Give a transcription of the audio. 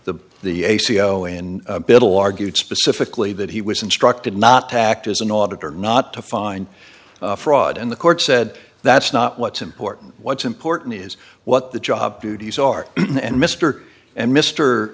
the the a c e o in bittle argued specifically that he was instructed not to act as an auditor not to find fraud and the court said that's not what's important what's important is what the job duties are and mr and mr